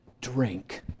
drink